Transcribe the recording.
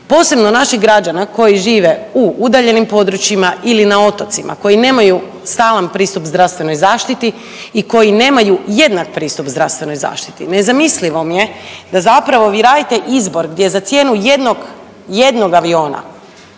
Posebno naših građana koji žive u udaljenim područjima ili na otocima koji nemaju stalan pristup zdravstvenoj zaštiti i koji nemaju jednak pristup zdravstvenoj zaštiti. Nezamislivo mi je da zapravo vi radite izbor gdje za cijenu jednog,